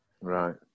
Right